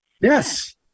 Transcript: yes